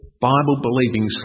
Bible-believing